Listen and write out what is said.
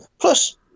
Plus